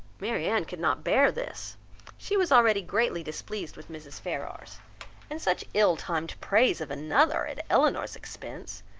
marianne could not bear this she was already greatly displeased with mrs. ferrars and such ill-timed praise of another, at elinor's expense,